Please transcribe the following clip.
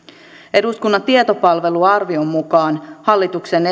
eduskunnan tietopalvelun arvion mukaan hallituksen